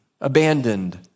abandoned